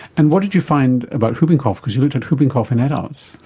and what did you find about whooping cough, because you looked at whooping cough in adults?